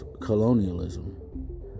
colonialism